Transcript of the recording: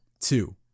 Two